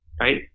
Right